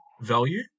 value